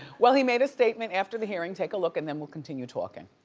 well he made a statement after the hearing. take a look and then we'll continue talking.